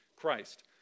christ